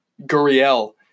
Guriel